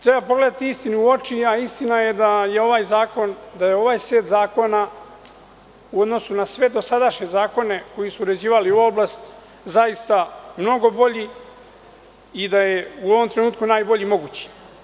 Treba pogledati istini u oči, a istina je da je ovaj set zakona u odnosu na sve dosadašnje zakone koji su uređivali ovu oblast zaista mnogo bolji i da je u ovom trenutku najbolji mogući.